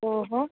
ઓહો